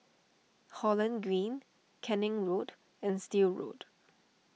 Holland Green Canning Lane and Still Road